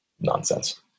nonsense